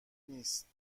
نیست